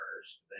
first